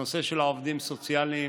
הנושא של העובדים הסוציאליים